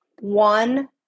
One